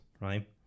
Right